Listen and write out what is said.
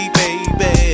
baby